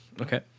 Okay